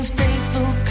faithful